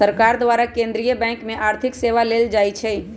सरकार द्वारा केंद्रीय बैंक से आर्थिक सेवा लेल जाइ छइ